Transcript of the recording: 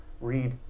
read